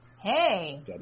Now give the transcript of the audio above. Hey